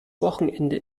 wochenende